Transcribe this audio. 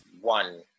one